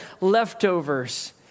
leftovers